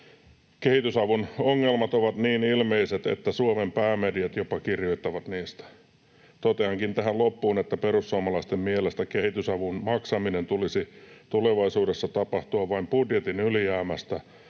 Kehitysavun ongelmat ovat niin ilmeiset, että jopa Suomen päämediat kirjoittavat niistä. Toteankin tähän loppuun, että perussuomalaisten mielestä kehitysavun maksamisen tulisi tulevaisuudessa tapahtua vain budjetin ylijäämästä